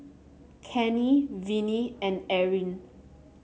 Cannie Viney and Eryn